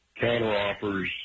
counteroffers